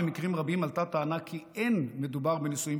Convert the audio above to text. במקרים רבים עלתה טענה כי אין מדובר בנישואים